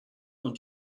und